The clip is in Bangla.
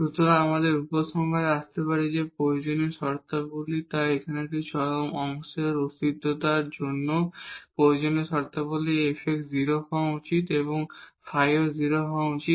সুতরাং আমরা উপসংহারে আসতে পারি যে প্রয়োজনীয় শর্তাবলী তাই এখানে একটি এক্সট্রিমাম অংশের অস্তিত্বের জন্য প্রয়োজনীয় শর্তাবলী fx 0 হওয়া উচিত এবং ফাইও 0 হওয়া উচিত